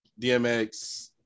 DMX